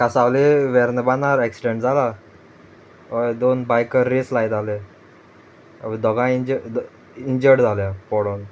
कासावले वरनबानार एक्सिडेंट जाला हय दोन बायकर रेस लायताले दोगांय इंज इंजर्ड जाल्या पोडोन